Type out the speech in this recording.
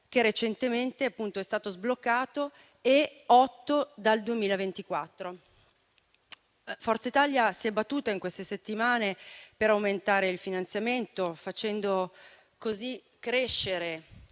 che recentemente è stato sbloccato, e 8 milioni dal 2024. Forza Italia si è battuta in queste settimane per aumentare il finanziamento, facendo così crescere